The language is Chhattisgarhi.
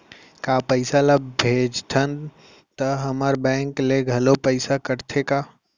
का पइसा ला भेजथन त हमर बैंक ले घलो पइसा कटथे का?